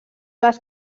les